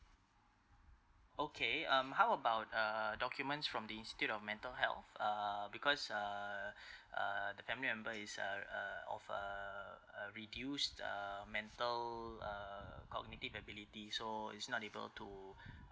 okay um how about uh documents from the institute of mental health uh because uh uh the family member is uh uh of uh uh reduced uh mental uh cognitive ability so he's not able to